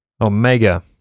Omega